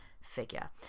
figure